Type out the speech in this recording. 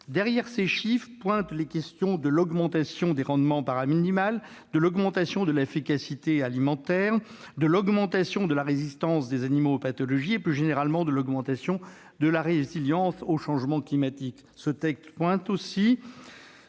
Derrière ces chiffres pointent les questions de l'augmentation des rendements par animal, de l'augmentation de l'efficacité alimentaire, de l'augmentation de la résistance des animaux aux pathologies et, plus généralement, de l'augmentation de la résilience au changement climatique. Ce texte soulève